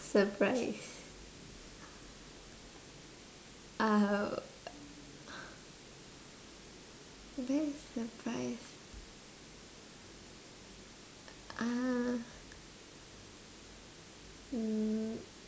surprise uh best surprise uh hmm